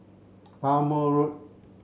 Bhamo Road